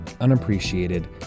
unappreciated